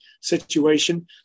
situation